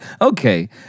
Okay